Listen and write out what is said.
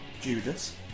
Judas